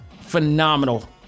phenomenal